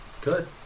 Good